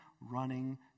running